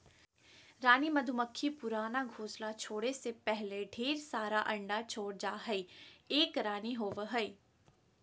रानी मधुमक्खी पुराना घोंसला छोरै से पहले ढेर सारा अंडा छोड़ जा हई, एक रानी होवअ हई